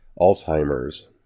Alzheimer's